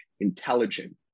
intelligent